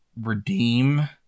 redeem